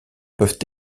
peuvent